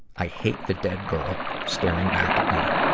i hate the dead girl staring back at me,